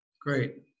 Great